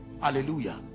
Hallelujah